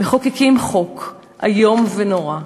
מחוקקים חוק איום ונורא,